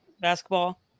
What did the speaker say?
basketball